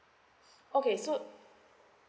okay so